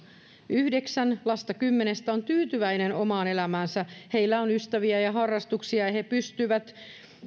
yhdeksän lasta kymmenestä on tyytyväinen omaan elämäänsä heillä on ystäviä ja ja harrastuksia ja he pystyvät